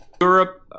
Europe